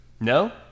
No